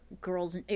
girls